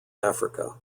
africa